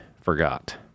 forgot